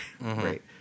Right